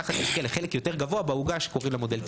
ככה תזכה לחלק יותר גבוה בעוגה שקוראים לה מודל תקצוב.